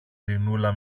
ειρηνούλα